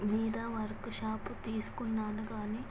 మీద వర్క్షాపు తీసుకున్నాను కానీ